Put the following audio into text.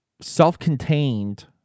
self-contained